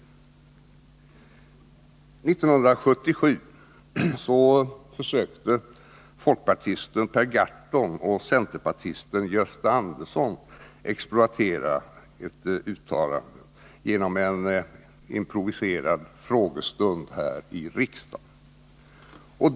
1977 försökte folkpartisten Per Gahrton och centerpartisten Gösta Andersson exploatera ett uttalande av mig vid en improviserad frågestund här i riksdagen.